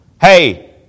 hey